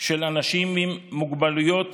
של אנשים עם מוגבלויות